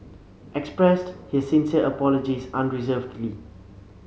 expressed his sincere apologies unreservedly